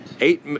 Eight